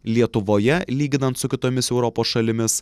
lietuvoje lyginant su kitomis europos šalimis